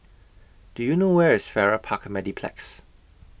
Do YOU know Where IS Farrer Park Mediplex